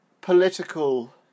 political